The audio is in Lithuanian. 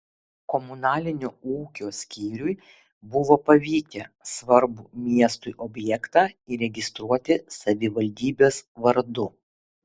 komunalinio ūkio skyriui buvo pavykę svarbų miestui objektą įregistruoti savivaldybės vardu